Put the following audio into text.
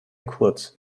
kurz